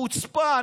חוצפה.